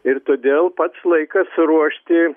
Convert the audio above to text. ir todėl pats laikas ruošti